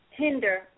hinder